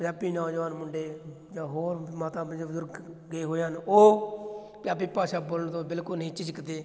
ਪੰਜਾਬੀ ਨੌਜਵਾਨ ਮੁੰਡੇ ਜਾਂ ਹੋਰ ਮਾਤਾ ਬਜ਼ੁਰਗ ਗਏ ਹੋਏ ਹਨ ਉਹ ਪੰਜਾਬੀ ਭਾਸ਼ਾ ਬੋਲਣ ਤੋਂ ਬਿਲਕੁਲ ਨਹੀਂ ਝਿਜਕਦੇ